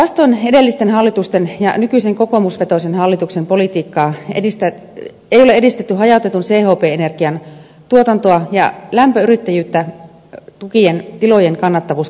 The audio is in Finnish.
vastoin edellisten hallitusten ja nykyisen kokoomusvetoisen hallituksen politiikkaa ei ole edistetty hajautetun chp energian tuotantoa ja lämpöyrittäjyyttä tukien tilojen kannattavuus kohentuisi